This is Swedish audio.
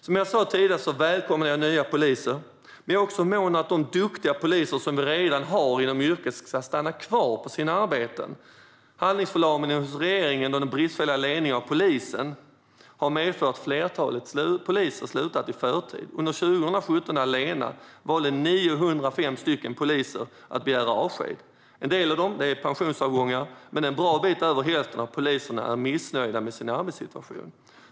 Som jag sa tidigare välkomnar jag nya poliser, men jag är också mån om att de duktiga poliser som vi redan har inom yrket ska stanna kvar på sina arbeten. Handlingsförlamningen hos regeringen och den bristfälliga ledningen av polisen har medfört att ett flertal poliser har slutat i förtid. Under 2017 allena valde 905 poliser att begära avsked. En del av dessa avgångar är pensionsavgångar, men en bra bit över hälften av poliserna är missnöjda med sin arbetssituation.